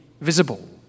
visible